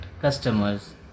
customers